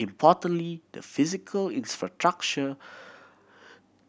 importantly the physical infrastructure